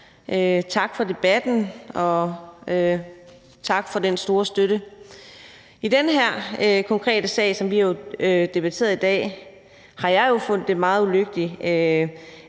Tak for debatten, og tak for den store støtte. I den her konkrete sag, som vi har debatteret i dag, har jeg jo fundet det meget ulykkeligt,